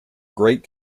great